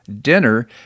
dinner